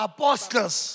Apostles